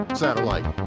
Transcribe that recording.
satellite